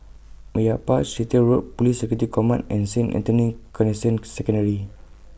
Meyappa Chettiar Road Police Security Command and Saint Anthony's Canossian Secondary